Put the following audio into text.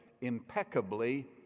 impeccably